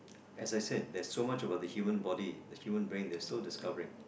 as I said there's so much about the human body the human brain they are still discovering